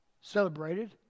celebrated